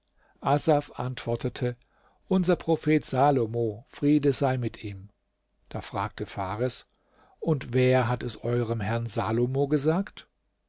antwortete unser prophet salomo friede sei mit ihm da fragte fares und wer hat es eurem herrn salomo gesagt